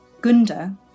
Gunda